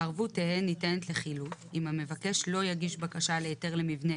הערבות תהא ניתנת לחילוט אם המבקש לא יגיש בקשה להיתר למבנה